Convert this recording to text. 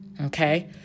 Okay